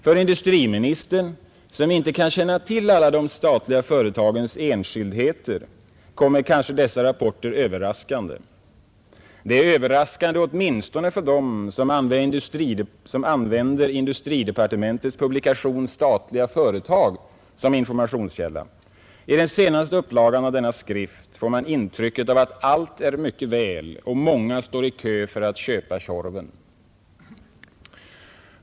För industriministern, som inte kan känna till alla de statliga företagens enskildheter, kommer kanske dessa rapporter överraskande. De är överraskande åtminstone för dem som använder industridepartementets publikation Statliga företag som informationskälla. I den senaste upplagan av denna skrift får man intrycket att allt är mycket väl beställt och att många står i kö för att köpa Tjorven.